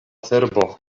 cerbo